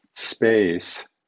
space